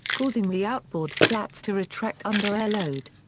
causing the outboard slats to retract under air load.